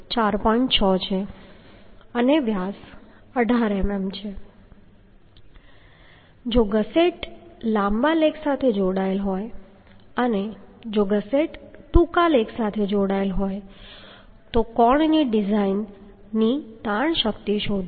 6 છે અને વ્યાસ 18 મીમી છે જો ગસેટ લાંબા લેગ સાથે જોડાયેલ હોય અને જો ગસેટ ટૂંકા લેગ સાથે જોડાયેલ હોય તો કોણની ડિઝાઇન તાણ શક્તિ શોધો